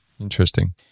Interesting